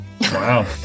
Wow